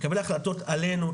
תקבל החלטות עלינו,